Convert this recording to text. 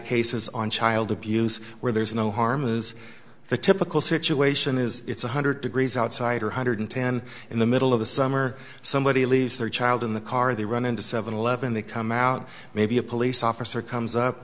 cases on child abuse where there's no harm is the typical situation is it's one hundred degrees outside or hundred ten in the middle of the summer somebody leaves their child in the car they run into seven eleven they come out maybe a police officer comes up